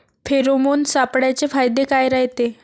Pheromone सापळ्याचे फायदे काय रायते?